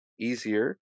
easier